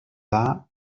dda